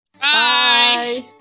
Bye